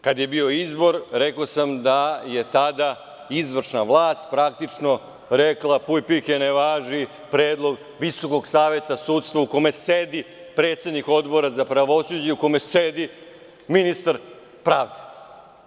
Kad je bio izbor, rekao sam da je tada izvršna vlast, praktično, rekla – puj, pike, ne važi predlog VSS u kome sedi predsednik Odbora za pravosuđe i u kome sedi ministar pravde.